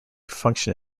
function